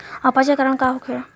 अपच के कारण का होखे?